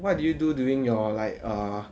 what did you do during your like err